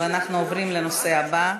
אנחנו עוברים לנושא הבא,